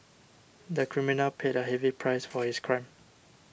the criminal paid a heavy price for his crime